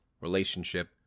relationship